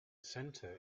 center